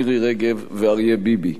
מירי רגב ואריה ביבי.